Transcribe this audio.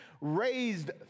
raised